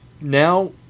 now